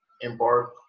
embark